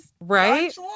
right